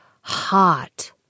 hot